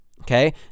Okay